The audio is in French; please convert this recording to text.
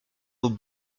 eau